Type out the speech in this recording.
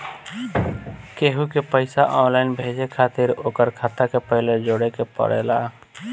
केहू के पईसा ऑनलाइन भेजे खातिर ओकर खाता के पहिले जोड़े के पड़ेला